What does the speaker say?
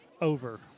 over